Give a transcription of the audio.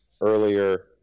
earlier